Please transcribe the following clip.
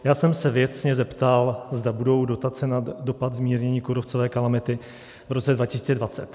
Já jsem se věcně zeptal, zda budou dotace na dopad zmírnění kůrovcové kalamity v roce 2020.